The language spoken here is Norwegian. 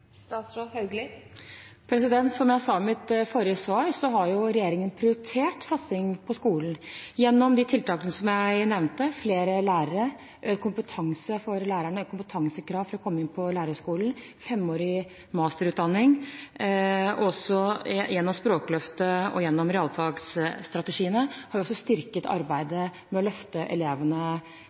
Som jeg sa i mitt forrige svar, har regjeringen prioritert satsing på skolen gjennom de tiltakene som jeg nevnte: flere lærere, økt kompetanse for lærerne, økt kompetansekrav for å komme inn på lærerhøyskolen, femårig masterutdanning. Også gjennom Språkløyper og gjennom realfagsstrategiene har vi styrket arbeidet med å løfte elevene